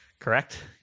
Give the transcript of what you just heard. Correct